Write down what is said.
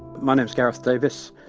my name's gareth davies,